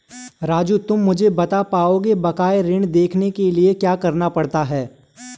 राजू तुम मुझे बता पाओगे बकाया ऋण देखने के लिए क्या करना पड़ता है?